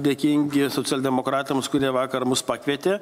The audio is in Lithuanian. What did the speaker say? dėkingi socialdemokratams kurie vakar mus pakvietė